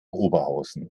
oberhausen